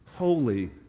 holy